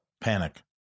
Panic